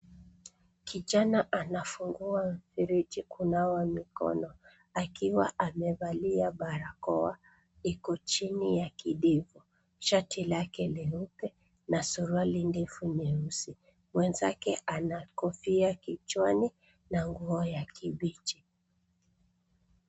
Kijana an funguwa mfereji kunawa mikono akiwa amevalia barakoa iko chini ya kidevu. Shati lake ni nyeupe na suruali ndefu nyeusi mwenzake anakofia kichwani na nguo ya kibichi.